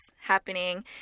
happening